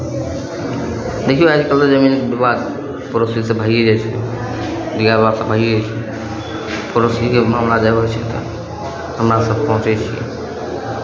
देखियौ आइ काल्हि तऽ जमीनके विवाद पड़ोसी से भइए जाइ छै माय बापसँ भइए जाइ छै पड़ोसीके मामिला जब आबै छै तऽ हमरा सभ पहुँचै छियै